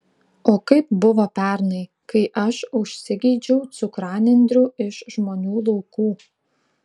o kaip buvo pernai kai aš užsigeidžiau cukranendrių iš žmonių laukų